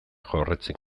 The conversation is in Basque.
jorratzen